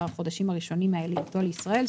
החודשים הראשונים מעלייתו לישראל,